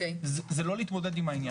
זה לא להתמודד עם העניין.